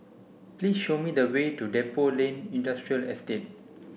please show me the way to Depot Lane Industrial Estate